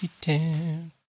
Town